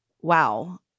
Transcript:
Wow